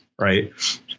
right